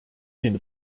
den